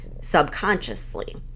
subconsciously